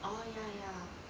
oh ya ya